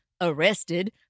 arrested